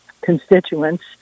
constituents